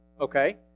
okay